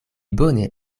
bone